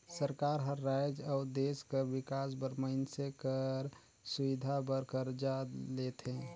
सरकार हर राएज अउ देस कर बिकास बर मइनसे कर सुबिधा बर करजा लेथे